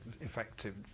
effective